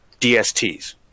DSTs